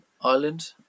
island